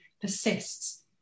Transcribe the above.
persists